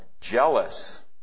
jealous